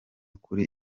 kuri